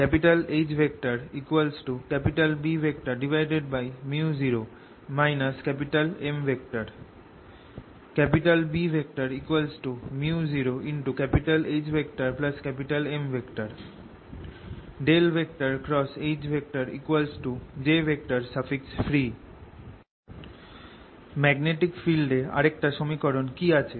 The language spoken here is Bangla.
H Bµ0 M B µ0HM H jfree magnetic field এ আরেকটা সমীকরণ কি আছে